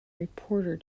reporter